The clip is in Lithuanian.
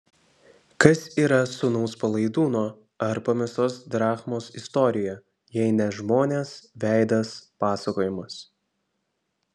kas yra sūnaus palaidūno ar pamestos drachmos istorija jei ne žmonės veidas pasakojimas